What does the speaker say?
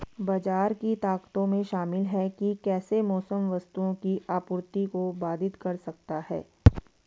बाजार की ताकतों में शामिल हैं कि कैसे मौसम वस्तुओं की आपूर्ति को बाधित कर सकता है